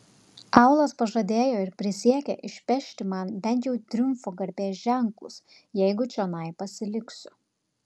aulas pažadėjo ir prisiekė išpešti man bent jau triumfo garbės ženklus jeigu čionai pasiliksiu